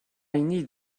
need